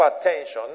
attention